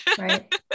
right